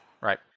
Right